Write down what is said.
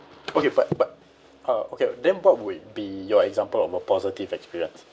okay but but uh okay then what would be your example of a positive experience